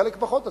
חלק פחות אצליח.